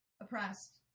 oppressed